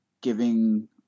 giving